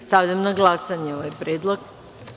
Stavljam na glasanje ovaj predlog.